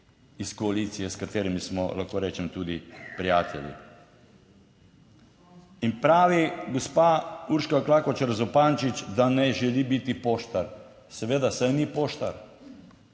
iz koalicije s katerimi smo, lahko rečem, tudi prijatelji in pravi gospa Urška Klakočar Zupančič, da ne želi biti poštar. Seveda, saj ni poštar.